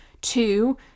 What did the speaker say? two